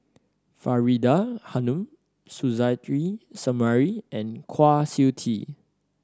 Faridah Hanum Suzairhe Sumari and Kwa Siew Tee